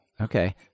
okay